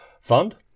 fund